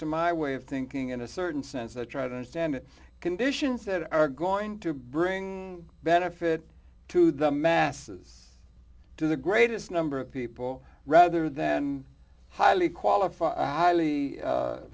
to my way of thinking in a certain sense that try to understand conditions that are going to bring benefit to the masses do the greatest number of people rather than highly qualified highly